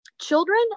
children